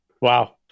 Wow